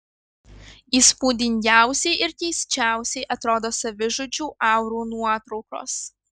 įspūdingiausiai ir keisčiausiai atrodo savižudžių aurų nuotraukos